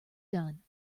done